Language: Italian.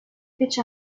fece